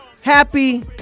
Happy